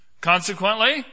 Consequently